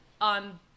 on